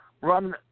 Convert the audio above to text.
run